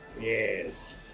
Yes